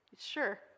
Sure